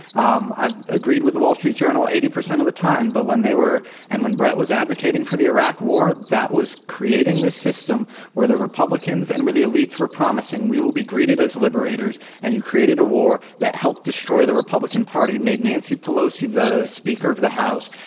um i've agreed with the wall street journal eighty percent of the time. but when they were and when bret was advocating for the iraq war, that was creating this system where the republicans and where the elites were promising we will be greeted as liberators, and you created a war that helped destroy the republican party, made nancy pelosi the speaker of the house,